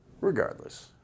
Regardless